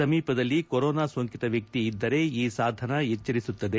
ಸಮೀಪದಲ್ಲಿ ಕೊರೊನಾ ಸೋಂಕಿತ ವ್ಯಕ್ತಿ ಇದ್ದರೆ ಈ ಸಾಧನ ಎಚ್ವರಿಸುತ್ತದೆ